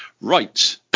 Right